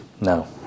No